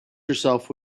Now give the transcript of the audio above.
yourself